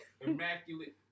immaculate